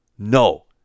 No